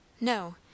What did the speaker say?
No